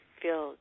feel